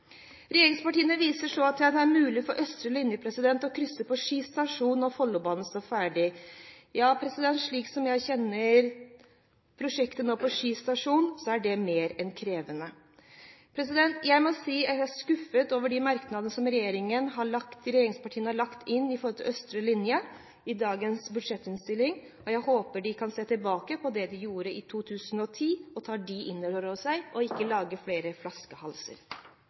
Regjeringspartiene viser så til at det er mulig for østre linje å krysse på Ski stasjon når Follobanen står ferdig. Slik jeg kjenner prosjektet på Ski stasjon, er det mer enn krevende. Jeg må si jeg er skuffet over de merknadene som regjeringspartiene har lagt inn om østre linje i dagens budsjettinnstilling, og jeg håper de kan se tilbake på det de gjorde i 2010, og ta det inn over seg, og ikke lage flere flaskehalser.